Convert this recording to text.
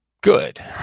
good